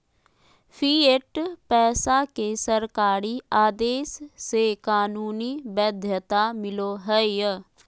fiat पैसा के सरकारी आदेश से कानूनी वैध्यता मिलो हय